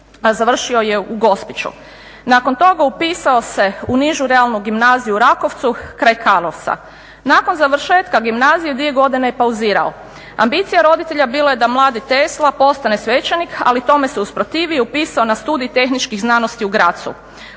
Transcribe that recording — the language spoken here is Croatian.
završio je u Gospiću. Nakon toga upisao se u nižu realnu gimnaziju u Rakovcu kraj Karlovca. Nakon završetka gimnazije dvije godine je pauzirao. Ambicija roditelja bila je da mladi Tesla postane svećenik, ali tome se usprotivio i upisao na Studij tehničkih znanosti u Grazu.